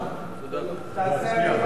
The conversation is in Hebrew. תצביע.